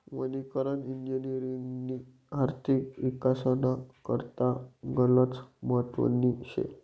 वनीकरण इजिनिअरिंगनी आर्थिक इकासना करता गनच महत्वनी शे